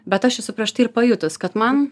bet aš esu prieš tai ir pajutus kad man